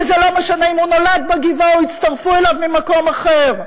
וזה לא משנה אם הוא נולד בגבעה או הצטרף אליה ממקום אחר.